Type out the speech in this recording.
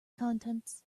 contents